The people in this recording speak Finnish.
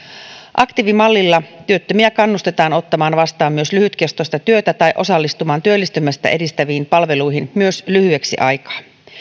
aktiivimallilla työttömiä kannustetaan ottamaan vastaan myös lyhytkestoista työtä tai osallistumaan työllistymistä edistäviin palveluihin myös lyhyeksi aikaa